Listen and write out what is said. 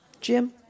Jim